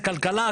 זה כלכלה,